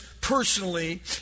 personally